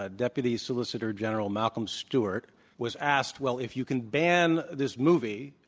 ah deputy solicitor general malcolm stewart was asked, well, if you can ban this movie,